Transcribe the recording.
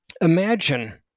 Imagine